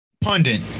pundit